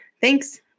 thanks